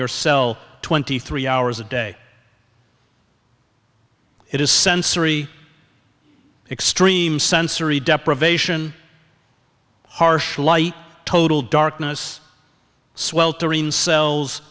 your cell twenty three hours a day it is sensory extreme sensory deprivation harsh light total darkness sweltering cells